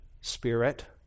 spirit